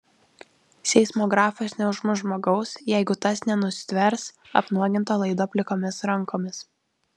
seismografas neužmuš žmogaus jeigu tas nenustvers apnuoginto laido plikomis rankomis